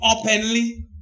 openly